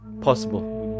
possible